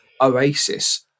oasis